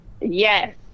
Yes